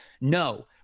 no